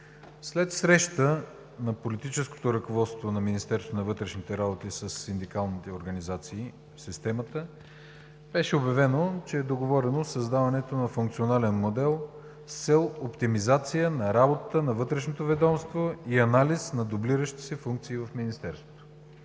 на вътрешните работи със синдикалните организации в системата беше обявено, че е договорено създаването на функционален модел, с цел оптимизация на работата на вътрешното ведомство и анализ на дублиращи се функции в Министерството.